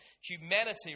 humanity